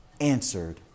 answered